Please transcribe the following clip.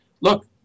look